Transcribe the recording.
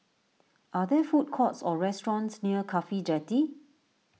are there food courts or restaurants near Cafhi Jetty